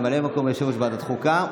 ממלא מקום יושב-ראש ועדת החוקה,